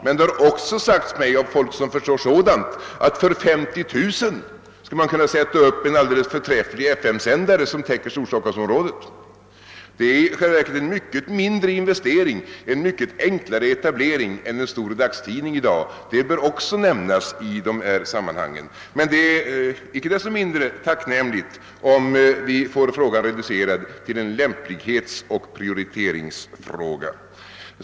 Men det har också sagts mig av folk som förstår sådant, att för 50 000 kronor skulle man kunna sätta upp en alldeles förträfflig FM-sändare, som täcker Storstockholmsområdet. Det blir alltså då i själva verket fråga om en mycket mindre investering, en mycket enklare etablering än för en stor dagstidning i dag. Det bör också nämnas i dessa sammanhang. Men det är inte desto mindre tacknämligt, om vi får frågan reducerad till en lämplighetsoch prioriteringsfråga.